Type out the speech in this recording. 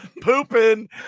pooping